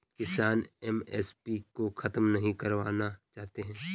किसान एम.एस.पी को खत्म नहीं करवाना चाहते थे